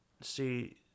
See